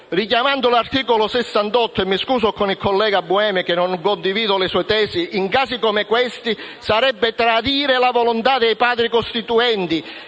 richiamando l'articolo 68 della Costituzione (mi scuso con il collega Buemi, ma non condivido le sue tesi) in casi come questo sarebbe tradire la volontà dei Padri costituenti